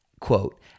quote